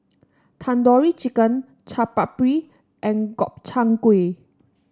Tandoori Chicken Chaat Papri and Gobchang Gui